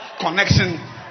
connection